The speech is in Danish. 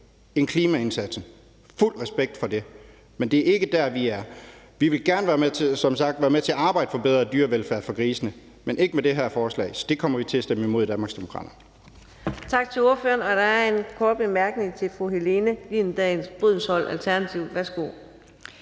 end klimaindsatsen, fuld respekt for det, men det er ikke der, vi er. Vi vil som sagt gerne være med til at arbejde for bedre dyrevelfærd for grisene, men ikke med det her forslag, så det kommer vi til at stemme imod i Danmarksdemokraterne.